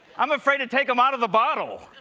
i'm afraid to take them out of the bottle.